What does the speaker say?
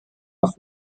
auf